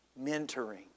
mentoring